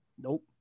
Nope